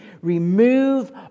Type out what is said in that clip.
remove